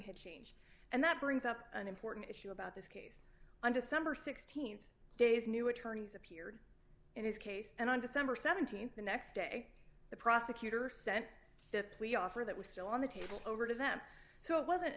had changed and that brings up an important issue about this case on december th days new attorneys appeared in his case and on december th the next day the prosecutor sent the plea offer that was still on the table over to them so it wasn't a